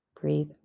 Breathe